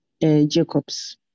Jacobs